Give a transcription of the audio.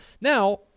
Now